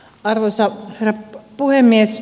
arvoisa herra puhemies